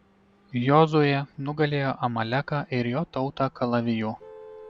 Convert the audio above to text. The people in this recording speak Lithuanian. jozuė nugalėjo amaleką ir jo tautą kalaviju